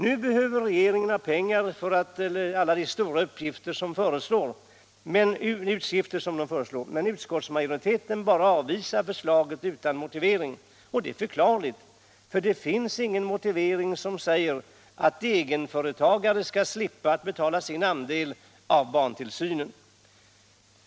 Nu behöver regeringen ha in pengar till alla de stora utgifter som den föreslår. Men utskottsmajoriteten bara avvisar förslaget utan g motivering. Och det är förklarligt, för det finns ingenting som motiverar att egenföretagare skall slippa betala sin andel av barntillsynen.